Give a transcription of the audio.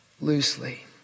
loosely